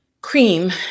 cream